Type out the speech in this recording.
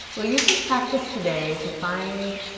so use this practice today to find